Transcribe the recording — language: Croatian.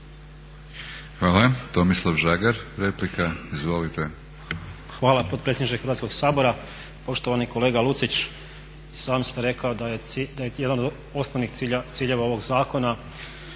Hvala. Tomislav Žagar replika, izvolite. **Žagar, Tomislav (SDP)** Hvala potpredsjedniče Hrvatskog sabora. Poštovani kolega Lucić, sami ste rekli da je jedan od osnovnih ciljeva ovog zakona